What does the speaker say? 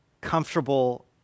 comfortable